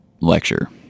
lecture